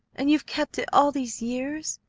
and you have kept it all these years!